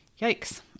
yikes